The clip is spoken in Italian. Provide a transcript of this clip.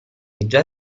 già